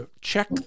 check